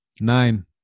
Nine